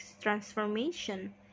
transformation